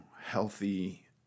healthy